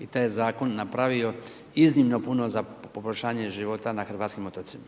I taj Zakon napravio je iznimno puno za poboljšanje života na hrvatskim otocima.